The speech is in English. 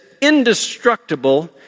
indestructible